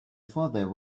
father